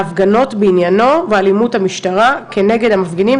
ההפגנות בעניינו ואלימות המשטרה נגד המפגינים,